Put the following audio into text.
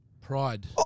Pride